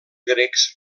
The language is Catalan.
grecs